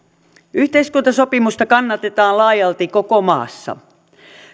yhteiskuntasopimusta kannatetaan laajalti koko maassa